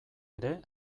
ere